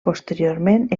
posteriorment